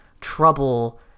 trouble